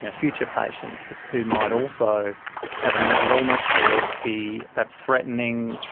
ah future patients who might also have a mental illness or be perhaps threatening,